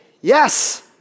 Yes